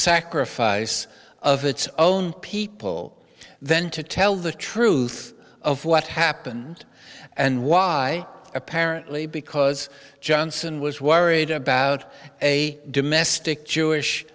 sacrifice of its own people then to tell the truth of what happened and why apparently because johnson was worried about a domestic jewish